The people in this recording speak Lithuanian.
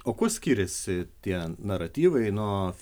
o kuo skiriasi tie naratyvai nuo